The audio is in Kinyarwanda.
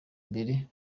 imbere